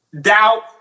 doubt